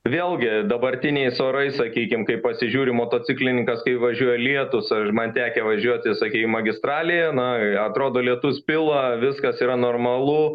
vėlgi dabartiniais orais sakykime kai pasižiūriu motociklininkas kai važiuoja lietus man tekę važiuoti sakei magistralėje na atrodo lietus pila viskas yra normalu